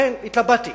כן, התלבטתי